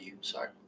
sorry